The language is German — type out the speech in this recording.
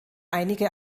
einige